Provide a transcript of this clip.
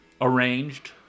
arranged